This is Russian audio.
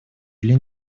или